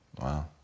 Wow